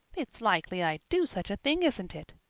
it's likely i'd do such a thing, isn't it?